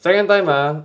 second time mah